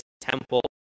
temple